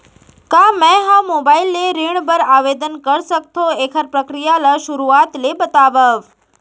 का मैं ह मोबाइल ले ऋण बर आवेदन कर सकथो, एखर प्रक्रिया ला शुरुआत ले बतावव?